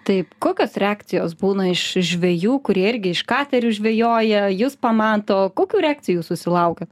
taip kokios reakcijos būna iš žvejų kurie irgi iš katerių žvejoja jus pamato kokių reakcijų susilaukiat